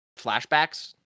flashbacks